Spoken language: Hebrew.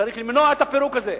צריך למנוע את הפירוק הזה,